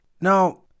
Now